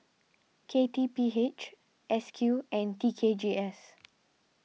K T P H S Q and T K G S